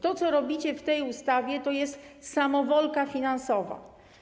To, co robicie w tej ustawie, to jest samowolka finansowa.